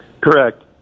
Correct